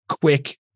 quick